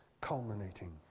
culminating